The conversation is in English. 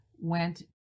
went